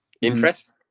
Interest